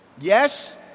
Yes